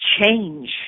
change